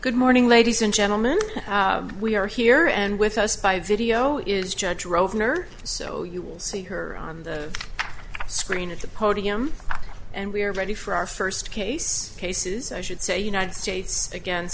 good morning ladies and gentlemen we are here and with us by video is judge over her so you will see her on the screen at the podium and we are ready for our first case cases i should say united states again